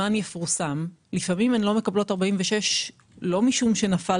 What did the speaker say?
שמן יפורסם לפעמים הן לא מקבלות לפי 46 לא משום שנפל